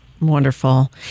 Wonderful